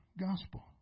gospel